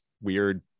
weird